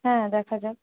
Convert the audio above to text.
হ্যাঁ দেখা যাক